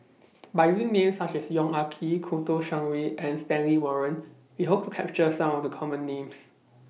By using Names such as Yong Ah Kee Kouo Shang Wei and Stanley Warren We Hope to capture Some of The Common Names